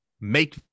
make